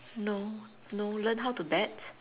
no no learn how to bat